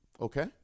Okay